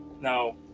now